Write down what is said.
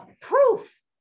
proof